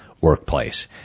workplace